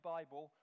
Bible